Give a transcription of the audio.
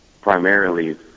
primarily